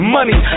Money